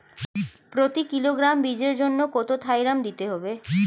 প্রতি কিলোগ্রাম বীজের জন্য কত থাইরাম দিতে হবে?